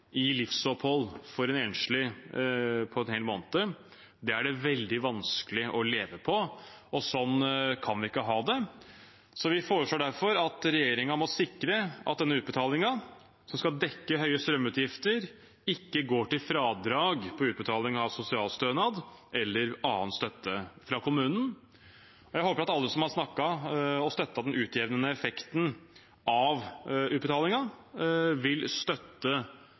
i livsopphold for en enslig på en hel måned. Det er det veldig vanskelig å leve av, og sånn kan vi ikke ha det. Vi foreslår derfor at regjeringen må sikre at denne utbetalingen, som skal dekke høye strømutgifter, ikke går til fradrag på utbetaling av sosialstønad eller annen støtte fra kommunen. Jeg håper at alle som har snakket om og støttet den utjevnende effekten av utbetalingen, vil støtte